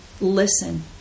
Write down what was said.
listen